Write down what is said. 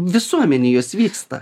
visuomenėj jos vyksta